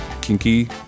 kinky